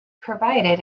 provided